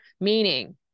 Meaning